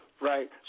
Right